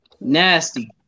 Nasty